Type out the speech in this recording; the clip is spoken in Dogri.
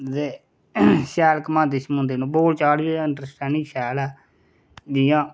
ते शैल घमांदे शुमांदे न ओह् बोलचाल ते बोलचाल अंडरस्टैंडिंग शैल ऐ जि'यां